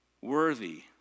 Worthy